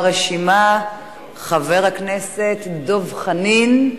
נעבור לדובר הבא ברשימה, חבר הכנסת דב חנין,